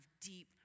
deep